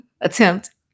attempt